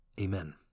Amen